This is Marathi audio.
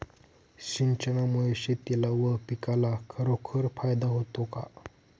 सिंचनामुळे शेतीला व पिकाला खरोखर फायदा होतो का?